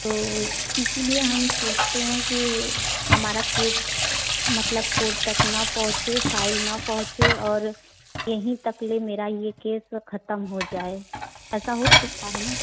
तो इसीलिए हम सोचते हैं कि हमारा केस मतलब कोर्ट तक न पहुँचे फाइल न पहुँचे और यहीं तक मेरा यह केस ख़त्म हो जाए ऐसा हो सकता है ना